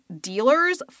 dealers